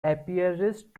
apiarist